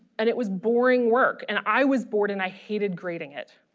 and it was boring work and i was bored and i hated grading it.